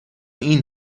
این